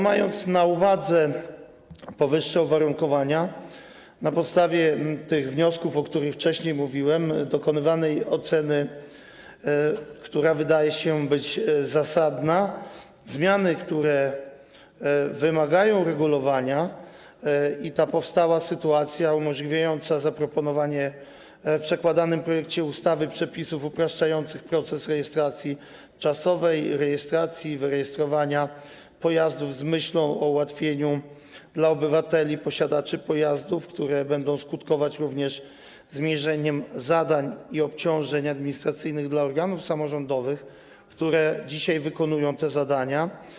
Mając na uwadze powyższe uwarunkowania, na podstawie tych wniosków, o których wcześniej mówiłem, i dokonanej oceny - która wydaje się zasadna - identyfikującej zmiany, które wymagają uregulowania, powstała sytuacja umożliwiająca zaproponowanie w przedkładanym projekcie ustawy przepisów upraszczających proces rejestracji, czasowej rejestracji, wyrejestrowania pojazdów z myślą o ułatwieniach dla obywateli, posiadaczy pojazdów, które będą skutkować również zmniejszeniem zadań i obciążeń administracyjnych dla organów samorządowych, które dzisiaj wykonują te zadania.